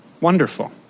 wonderful